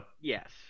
Yes